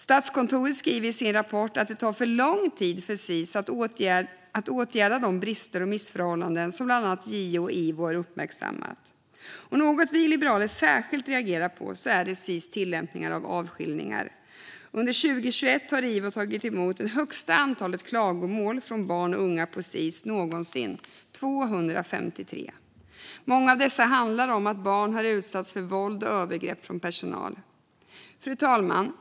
Statskontoret skriver i sin rapport att det tar för lång tid för Sis att åtgärda de brister och missförhållanden som bland annat JO och Ivo har uppmärksammat, och något vi liberaler särskilt reagerar på är Sis tillämpning av avskiljningar. Under 2021 har Ivo tagit emot det högsta antalet klagomål från barn och unga på Sis någonsin: 253. Många av dessa handlar om att barn har utsatts för våld och övergrepp från personal. Fru talman!